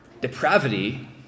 Depravity